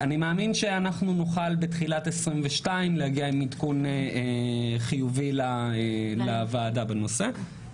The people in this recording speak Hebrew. אני מאמין שאנחנו נוכל בתחילת 2022 להגיע עם עדכון חיובי לוועדה בנושא.